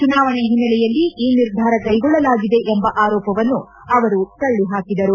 ಚುನಾವಣೆ ಹಿನ್ನೆಲೆಯಲ್ಲಿ ಈ ನಿರ್ಧಾರ ಕ್ಲೆಗೊಳ್ಳಲಾಗಿದೆ ಎಂಬ ಆರೋಪವನ್ನು ಅವರು ತಳ್ಳಹಾಕಿದರು